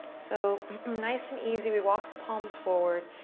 so nice and easy, we walk the palms forward.